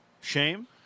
Shame